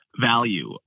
value